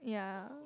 yeah